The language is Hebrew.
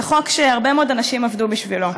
זה חוק שהרבה מאוד אנשים עבדו בשבילו,